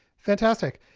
fantastic!